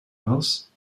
else